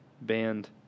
band